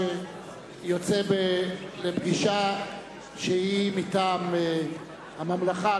שיוצא לפגישה מטעם הממלכה,